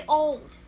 old